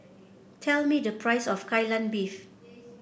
tell me the price of Kai Lan Beef